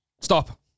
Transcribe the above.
stop